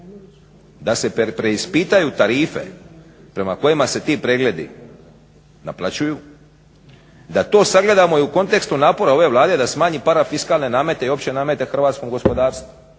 Da se preispitaju tarife prema kojima se ti pregledi naplaćuju, da to sagledamo i u kontekstu ove Vlade da smanji parafiskalne namete i opće namete hrvatskom gospodarstvu.